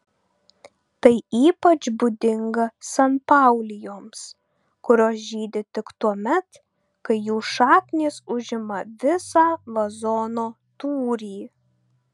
tai ypač būdinga sanpaulijoms kurios žydi tik tuomet kai jų šaknys užima visą vazono tūrį